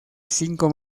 cinco